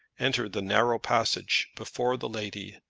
enter the narrow passage before the lady.